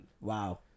Wow